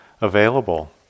available